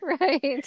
Right